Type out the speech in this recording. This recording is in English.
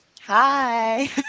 Hi